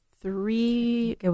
three